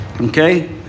Okay